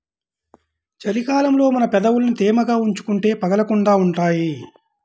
చలి కాలంలో మన పెదవులని తేమగా ఉంచుకుంటే పగలకుండా ఉంటాయ్